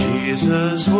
Jesus